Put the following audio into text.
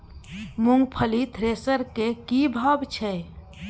मूंगफली थ्रेसर के की भाव छै?